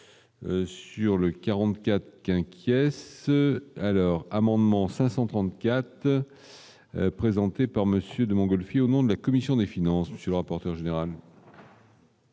sur le. 44 qui inquiète alors amendement 534 présenté par Monsieur de Mongolfier au nom de la commission des finances, monsieur le rapporteur général.